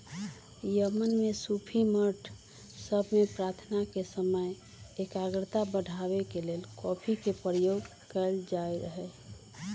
Yemen में सूफी मठ सभ में प्रार्थना के समय एकाग्रता बढ़ाबे के लेल कॉफी के प्रयोग कएल जाइत रहै